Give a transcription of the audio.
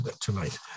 tonight